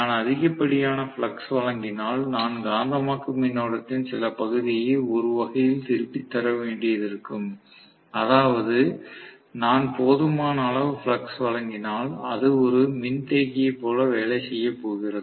நான் அதிகப்படியான ஃப்ளக்ஸ் வழங்கினால் நான் காந்தமாக்கும் மின்னோட்டத்தின் சில பகுதியை ஒரு வகையில் திருப்பித் தர வேண்டியிருக்கும் அதாவது நான் போதுமான அளவு ஃப்ளக்ஸ் வழங்கினால் அது ஒரு மின்தேக்கியைப் போல வேலை செய்யப் போகிறது